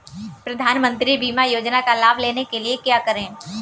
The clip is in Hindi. प्रधानमंत्री फसल बीमा योजना का लाभ लेने के लिए क्या करें?